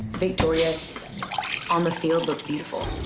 victoria on the field looked beautiful.